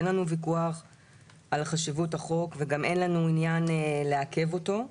אין לנו ויכוח על חשיבות החוק וגם אין לנו עניין לעכב אותו.